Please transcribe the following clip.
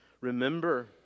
remember